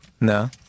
no